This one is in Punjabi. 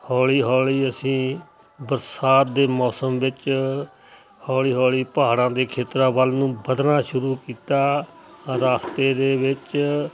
ਹੌਲੀ ਹੌਲੀ ਅਸੀਂ ਬਰਸਾਤ ਦੇ ਮੌਸਮ ਵਿੱਚ ਹੌਲੀ ਹੌਲੀ ਪਹਾੜਾਂ ਦੇ ਖੇਤਰਾਂ ਵੱਲ ਨੂੰ ਵਧਣਾ ਸ਼ੁਰੂ ਕੀਤਾ ਰਸਤੇ ਦੇ ਵਿੱਚ